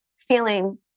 feeling